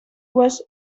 was